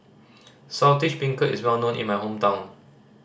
Saltish Beancurd is well known in my hometown